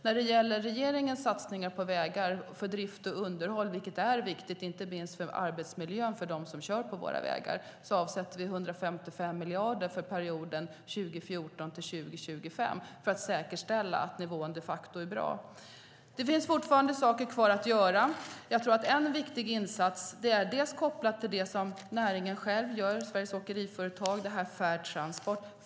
När det gäller regeringens satsningar på vägar för drift och underhåll, vilket är viktigt inte minst med tanke på arbetsmiljön för dem som kör på våra vägar, avsätter vi 155 miljarder för perioden 2014-2025 för att säkerställa att nivån de facto är bra. Det finns fortfarande saker kvar att göra. Jag tror att en viktig insats är kopplad till det näringen själv gör, alltså Sveriges åkeriföretag och Fair Transport.